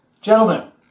Gentlemen